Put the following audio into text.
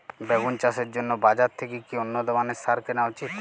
বেগুন চাষের জন্য বাজার থেকে কি উন্নত মানের সার কিনা উচিৎ?